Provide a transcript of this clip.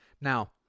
Now